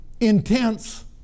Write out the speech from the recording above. intense